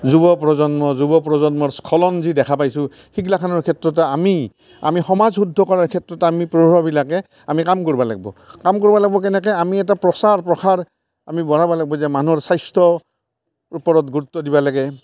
যুৱপ্ৰজন্ম যুৱপ্ৰজন্মৰ স্খলন যে দেখা পাইছোঁ সেইগিলাখেনৰ ক্ষেত্ৰত আমি আমি সমাজ শুদ্ধ কৰাৰ ক্ষেত্ৰত আমি বিলাকে আমি কাম কৰিব লাগিব কাম কৰিব লাগব কেনেকৈ আমি এটা প্ৰচাৰ প্ৰসাৰ আমি বঢ়াব লাগিব যে মানুহৰ স্বাস্থ্যৰ ওপৰত গুৰুত্ব দিব লাগে